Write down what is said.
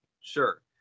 Sure